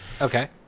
Okay